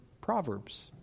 Proverbs